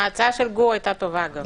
ההצעה של גור היתה טובה.